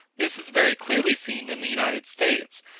this is very clearly seen in the united states,